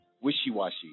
wishy-washy